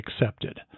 accepted